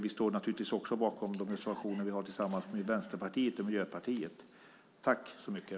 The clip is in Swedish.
Vi står naturligtvis också bakom de reservationer vi har tillsammans med Vänsterpartiet och Miljöpartiet.